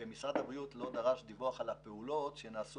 משרד הבריאות לא דרש דיווח על הפעולות שנעשו